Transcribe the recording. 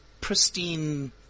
pristine